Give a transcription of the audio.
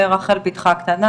ברחל בתך הקטנה,